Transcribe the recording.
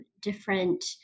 different